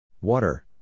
Water